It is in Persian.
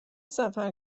سفر